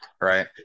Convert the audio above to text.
right